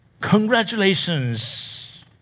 congratulations